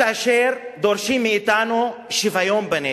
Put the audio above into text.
כאשר דורשים מאתנו שוויון בנטל,